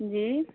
جی